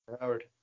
howard